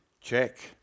Check